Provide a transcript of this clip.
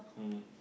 mm